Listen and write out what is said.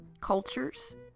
cultures